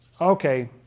Okay